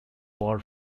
war